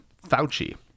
Fauci